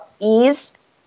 ease